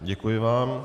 Děkuji vám.